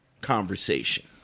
conversation